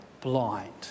blind